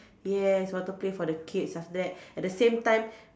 yes water play for the kids after that at the same time